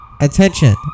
Attention